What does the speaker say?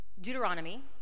Deuteronomy